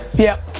yep.